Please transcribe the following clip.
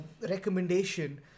recommendation